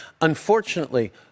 Unfortunately